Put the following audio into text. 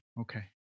Okay